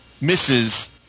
misses